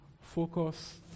Focus